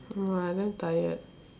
I don't know I damn tired